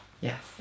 yes